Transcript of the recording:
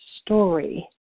story